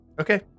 Okay